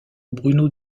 bruno